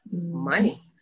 money